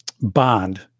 bond